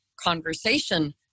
conversation